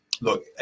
look